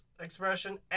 expression